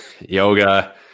Yoga